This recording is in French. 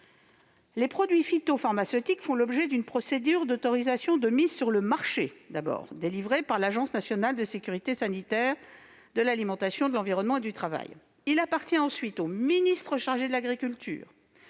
Les produits phytopharmaceutiques font l'objet d'une procédure d'autorisation de mise sur le marché, délivrée par l'Agence nationale de sécurité sanitaire de l'alimentation, de l'environnement et du travail. Il appartient ensuite au ministre chargé de l'agriculture